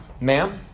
ma'am